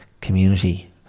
community